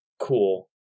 cool